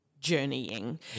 journeying